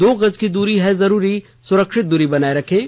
दो गज की दूरी है जरूरी सुरक्षित दूरी बनाए रखें